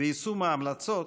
ויישום ההמלצות,